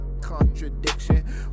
contradiction